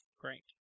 Great